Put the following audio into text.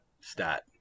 stat